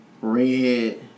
red